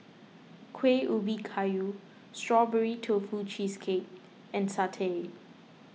Kueh Ubi Kayu Strawberry Tofu Cheesecake and Satay